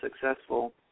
successful